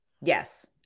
Yes